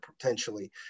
potentially